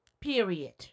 period